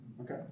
Okay